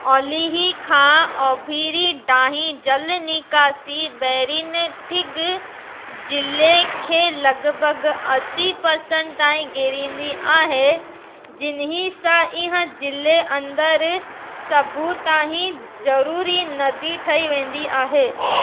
ओलिही खां ओभिरी डांहीं जल निकासी बेरिन थिॻ ज़िले खे लॻिभॻि असी पर्संट ताईं घेरींदी आहे जिन्ही सां इहा ज़िले अंदरि सभु ताईं ज़रूरी नदी ठही वेंदी आहे